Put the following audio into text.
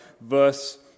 verse